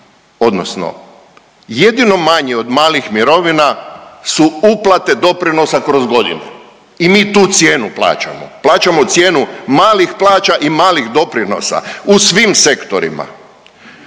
odnosno jedino manji od malih mirovina su uplate doprinosa kroz godine i mi tu cijenu plaćamo. Plaćamo cijenu malih plaća i malih doprinosa u svim sektorima.